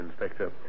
Inspector